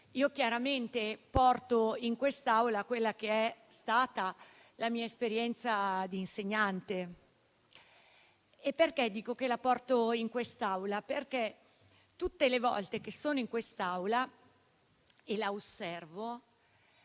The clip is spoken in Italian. Io chiaramente porto in quest'Aula quella che è stata la mia esperienza di insegnante. E perché dico che la porto in quest'Aula? Perché tutte le volte che sono in quest'Aula e la osservo